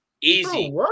Easy